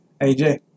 AJ